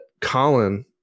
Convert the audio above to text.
Colin